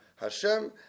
Hashem